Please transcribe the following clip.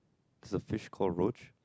there's a fish called Roach